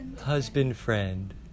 husband-friend